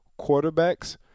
quarterbacks